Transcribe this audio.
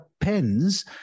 depends